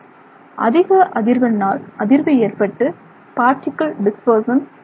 அதிக அதிர்வெண்ணால் அதிர்வு ஏற்பட்டு பார்டிகிள் பரவுதல் நடைபெறுகிறது